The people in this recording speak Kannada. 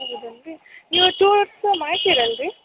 ಹೌದೇನ್ರಿ ನೀವು ಟೂರ್ಸು ಮಾಡ್ತೀರಲ್ರಿ